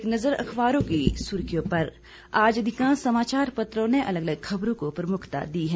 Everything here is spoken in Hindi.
एक नजर अखबारों की सुर्खियों पर आज अधिकांश समाचार पत्रों ने अलग अलग खबरों को प्रमुखता दी है